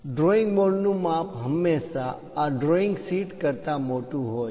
drawing board નું માપ હંમેશાં આ ડ્રોઈંગ શીટ કરતા મોટું હોય છે